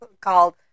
called